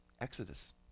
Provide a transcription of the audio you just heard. Exodus